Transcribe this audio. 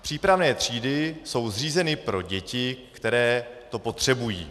Přípravné třídy jsou zřízeny pro děti, které to potřebují.